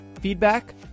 Feedback